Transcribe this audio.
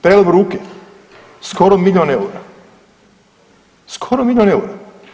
Prijelom ruke, skoro milijun eura, skoro milijun eura.